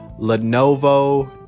lenovo